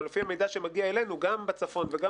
אבל לפי מידע שמגיע אלינו גם בצפון וגם